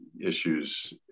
issues